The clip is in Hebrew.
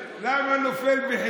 2. בגלל שלמה שמנו אותך,